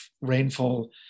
rainfall